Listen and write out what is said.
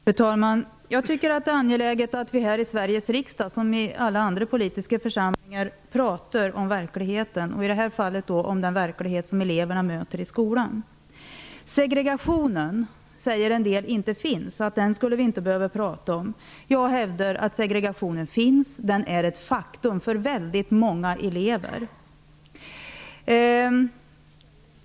Fru talman! Jag tycker att det är angeläget att vi här i Sveriges riksdag, som i alla andra politiska församlingar, talar om verkligheten, och i det här fallet den verklighet som eleverna möter i skolan. En del säger att det inte finns någon segregation, så det skulle vi inte behöva att tala om. Jag hävdar att det finns en segregation. Den är ett faktum för väldigt många elever.